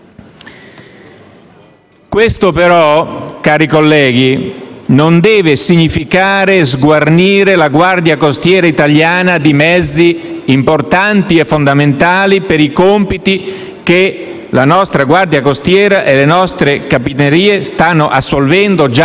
Questo, però, cari colleghi, non deve significare sguarnire la Guardia costiera italiana di mezzi importanti e fondamentali per i compiti che le nostre Capitanerie di porto stanno assolvendo già